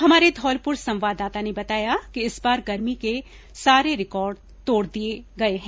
हमारे धौलपुर संवाददाता ने बताया कि इस बार गर्मी ने सारे रिकॉर्ड तोड़ दिये हैं